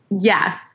yes